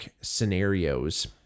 scenarios